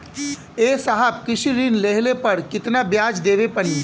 ए साहब कृषि ऋण लेहले पर कितना ब्याज देवे पणी?